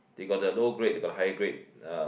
they got the low grade they got the higher grade uh